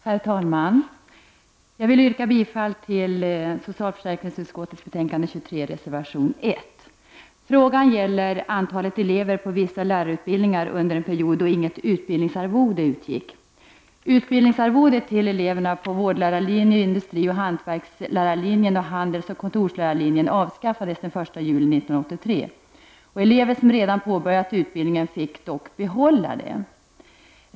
Herr talman! Jag vill yrka bifall till reservation 1 i socialförsäkringsutskottets betänkande 23. Frågan gäller antalet elever på vissa lärarutbildningar under en period då inget utbildningsarvode utgick. Utbildningsarvodet till elever på vårdlärarlinjen, industrioch hantverkslärarlinjen och handelsoch kontorslärarlinjen avskaffades den 1 juli 1983. Elever som redan påbörjat utbildningen fick dock behålla det.